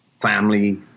family